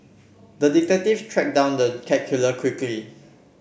the detective tracked down the cat killer quickly